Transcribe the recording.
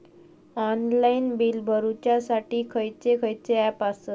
Online bill भरुच्यासाठी खयचे खयचे ऍप आसत?